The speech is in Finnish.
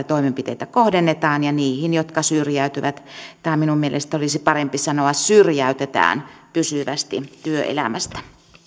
toimenpiteitä kohdennetaan ja niihin jotka syrjäytyvät tai minun mielestäni olisi parempi sanoa syrjäytetään pysyvästi työelämästä